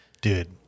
Dude